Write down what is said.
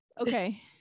Okay